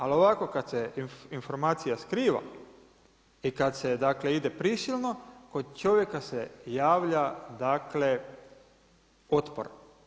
Ali ovako kad se informacija skriva i kad se dakle ide prisilno kod čovjeka se javlja dakle otpor.